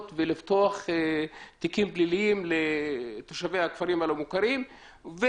ולפתוח תיקים פליליים לתושבי הכפרים הלא מוכרים.